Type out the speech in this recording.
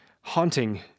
haunting